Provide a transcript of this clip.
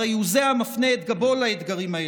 הרי הוא זה המפנה את גבו לאתגרים האלה,